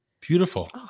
Beautiful